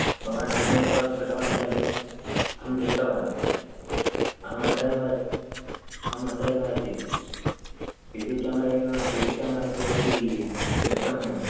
भवान् signal cross कृतवान् खलु अहं दृष्टवान् अहमत्रैव अहमत्रैव आसं सि सि केमेरा एव सि सि केमेरा मध्ये अपि दृष्टं मया